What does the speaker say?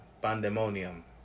pandemonium